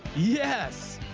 yes.